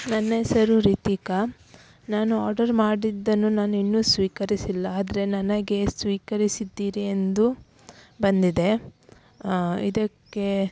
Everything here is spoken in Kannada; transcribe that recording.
ನನ್ನ ಹೆಸರು ರಿತಿಕಾ ನಾನು ಆರ್ಡರ್ ಮಾಡಿದ್ದನ್ನು ನಾನು ಇನ್ನು ಸ್ವೀಕರಿಸಿಲ್ಲ ಆದರೆ ನನಗೆ ಸ್ವೀಕರಿಸಿದ್ದೀರಿ ಎಂದು ಬಂದಿದೆ ಇದಕ್ಕೆ